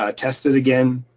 ah test it again.